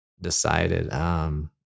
decided